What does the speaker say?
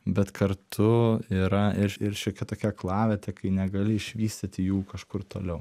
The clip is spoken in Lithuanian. bet kartu yra ir ir šiokia tokia aklavietė kai negali išvystyti jų kažkur toliau